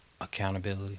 accountability